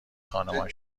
خانمان